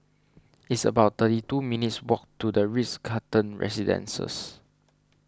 it's about thirty two minutes' walk to the Ritz Carlton Residences